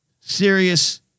Serious